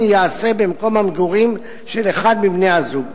ייעשה במקום המגורים של אחד מבני-הזוג.